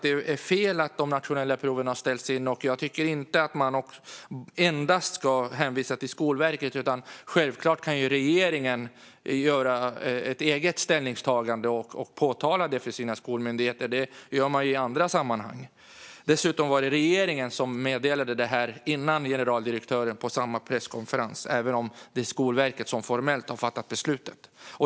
Det är fel att de nationella proven har ställts in. Jag tycker inte att man endast ska hänvisa till Skolverket, utan regeringen kan självfallet göra ett eget ställningstagande och påpeka det för sina skolmyndigheter. Det gör man ju i andra sammanhang. Dessutom var det regeringen som meddelade det före generaldirektören på samma presskonferens, även om Skolverket formellt har fattat beslutet.